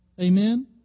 Amen